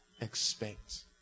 expect